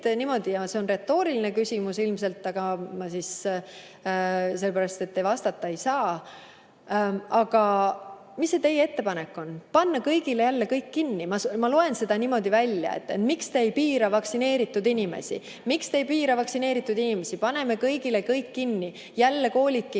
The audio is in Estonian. niimoodi ja see on ilmselt retooriline küsimus, sest te vastata ei saa. Aga mis see teie ettepanek on? Panna kõigile jälle kõik kinni? Ma loen siit niimoodi välja. "Miks te ei piira vaktsineeritud inimesi? Miks te ei piira vaktsineeritud inimesi?" Kas paneme kõigile kõik kinni, jälle koolid